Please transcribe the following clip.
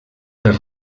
per